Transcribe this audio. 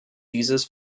dieses